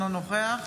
אינו נוכח